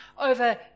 over